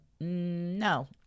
no